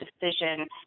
decision